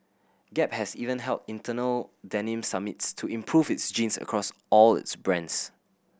gap has even held internal denim summits to improve its jeans across all its brands